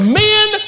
men